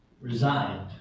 resigned